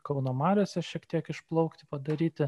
kauno mariose šiek tiek išplaukti padaryti